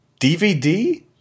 DVD